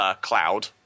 cloud